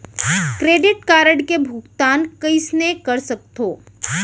Credit card के भुगतान कईसने कर सकथो?